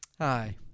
Hi